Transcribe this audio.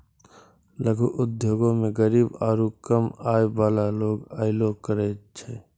लघु उद्योगो मे गरीब आरु कम आय बाला लोग अयलो करे छै